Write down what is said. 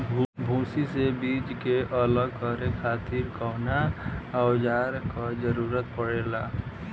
भूसी से बीज के अलग करे खातिर कउना औजार क जरूरत पड़ेला?